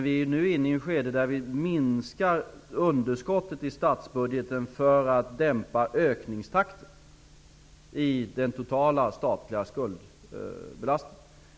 Vi är nu inne i ett skede där vi minskar underskottet i statsbudgeten för att dämpa ökningstakten i den totala statliga skuldbelastningen.